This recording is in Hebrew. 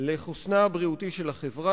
יצביע